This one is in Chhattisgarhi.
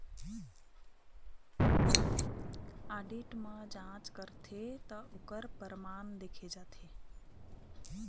आडिट म जांच करथे त ओखर परमान देखे जाथे